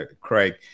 Craig